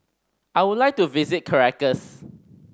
I would like to visit Caracas